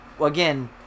again